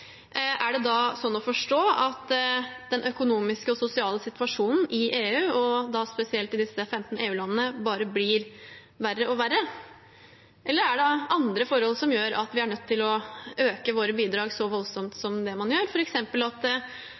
Er det da sånn å forstå at den økonomiske og sosiale situasjonen i EU, og da spesielt i disse 15 EU-landene, bare blir verre og verre? Eller er det andre forhold som gjør at vi er nødt til å øke våre bidrag så voldsomt som det man gjør, f.eks. at